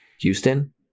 Houston